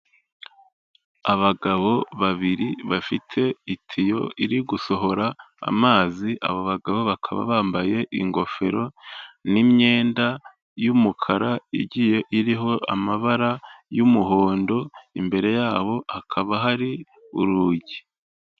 Abagabo babiri bafite itiyo iri gusohora amazi, abo bagabo bakaba bambaye ingofero n'imyenda y'umukara igiye iriho amabara y'umuhondo, imbere yabo hakaba hari urugi.